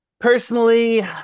Personally